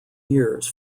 years